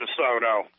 DeSoto